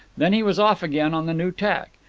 then he was off again on the new tack.